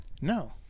no